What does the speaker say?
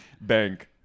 bank